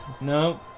No